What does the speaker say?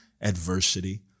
adversity